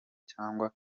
cyangwa